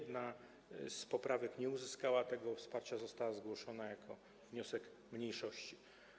Jedna z poprawek nie uzyskała tego wsparcia, została zgłoszona jako wniosek mniejszości.